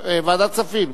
אל תצביע פעמיים.